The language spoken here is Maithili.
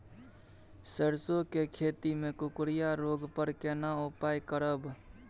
सरसो के खेती मे कुकुरिया रोग पर केना उपाय करब?